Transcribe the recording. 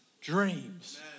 dreams